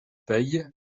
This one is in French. peille